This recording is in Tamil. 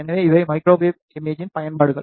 எனவே இவை மைக்ரோவேவ் இமேஜிங்கின் பயன்பாடுகள்